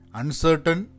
uncertain